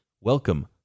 welcome